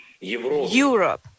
Europe